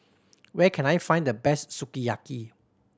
where can I find the best Sukiyaki